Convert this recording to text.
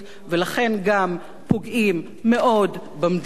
ולכן גם פוגעים מאוד במדינה.